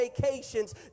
vacations